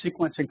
sequencing